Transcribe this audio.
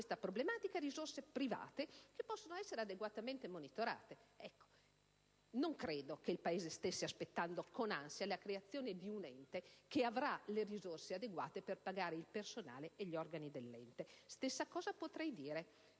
Non credo che il Paese stesse aspettando con ansia la creazione di un ente, che avrà le risorse adeguate per pagare il personale e gli organi dell'ente. Stessa cosa potrei dire